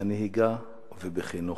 הנהיגה ובחינוך.